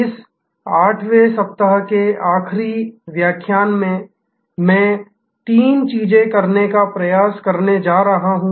इस 8 वें सप्ताह के आखिरी व्याख्यान में मैं तीन चीजें करने का प्रयास करने जा रहा हूं